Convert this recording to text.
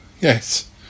yes